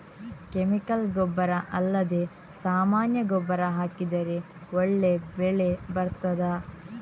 Chemical ಗೊಬ್ಬರ ಅಲ್ಲದೆ ಸಾಮಾನ್ಯ ಗೊಬ್ಬರ ಹಾಕಿದರೆ ಒಳ್ಳೆ ಬೆಳೆ ಬರ್ತದಾ?